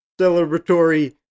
celebratory